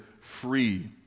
free